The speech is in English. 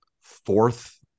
fourth